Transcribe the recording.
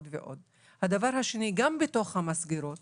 הדבר השני, גם בתוך המסגרות